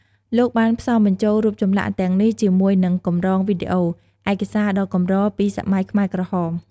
លោកបានផ្សំបញ្ចូលរូបចម្លាក់ទាំងនេះជាមួយនឹង កម្រងវីដេអូ ឯកសារដ៏កម្រពីសម័យខ្មែរក្រហម។